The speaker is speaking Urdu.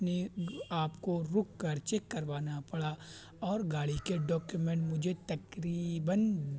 آپ کو رک کر چیک كروانا پڑا اور گاڑی كے ڈاكیومنٹ مجھے تقریباً